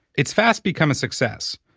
it's fast become a success.